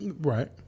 Right